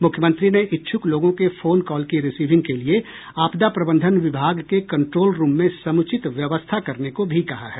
मुख्यमंत्री ने इच्छुक लोगों के फोन कॉल की रीसिविंग के लिए आपदा प्रबंधन विभाग के कंट्रोल रूम में समूचित व्यवस्था करने को भी कहा है